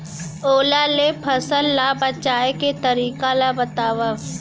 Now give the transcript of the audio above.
ओला ले फसल ला बचाए के तरीका ला बतावव?